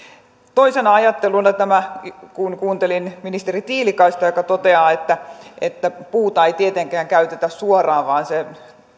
toisena ajatteluna kun kuuntelin ministeri tiilikaista joka toteaa että että puuta ei tietenkään käytetä suoraan vaan se